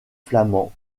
flamand